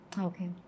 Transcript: Okay